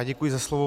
Děkuji za slovo.